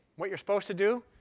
what you're supposed to do?